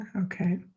okay